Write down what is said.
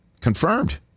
Confirmed